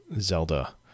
Zelda